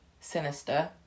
Sinister